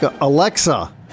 alexa